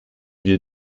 wir